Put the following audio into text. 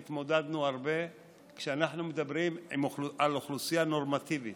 והתמודדנו הרבה כשאנחנו מדברים על אוכלוסייה נורמטיבית.